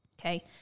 Okay